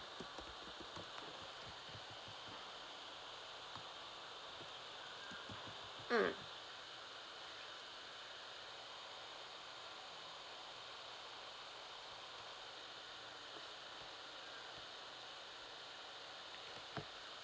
mm